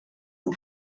yng